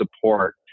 support